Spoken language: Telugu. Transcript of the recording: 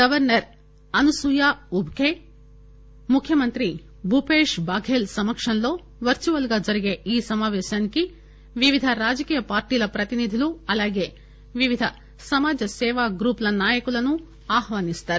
గవర్నర్ అనుసూయ ఉఖె ముఖ్యమంత్రి భూపేష్ బాఘెల్ సమక్షంలో వర్చ్యవల్ గా జరిగే ఈ సమావేశానికి వివిధ రాజకీయ పార్టీల ప్రతినిధులు అలాగే వివిధ సమాజ సేవా గ్రూప్ ల నాయకులను ఆహ్వానిస్తారు